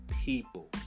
people